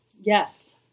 Yes